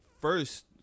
first